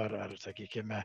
ar ar sakykime